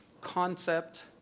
concept